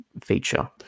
feature